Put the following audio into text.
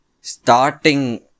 Starting